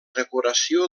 decoració